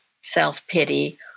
self-pity